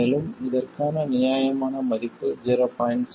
மேலும் இதற்கான நியாயமான மதிப்பு 0